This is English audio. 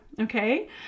okay